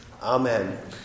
Amen